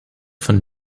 von